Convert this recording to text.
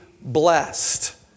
blessed